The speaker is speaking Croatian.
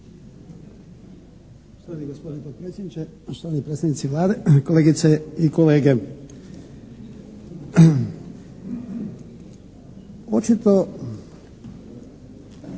štovani predstavnici Vlade, kolegice i kolege. Očito